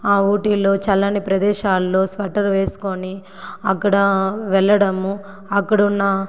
ఆ ఉటీల్లో చల్లని ప్రదేశాల్లో స్వెటర్ వేసుకోని అక్కడ వెళ్ళడము అక్కడున్న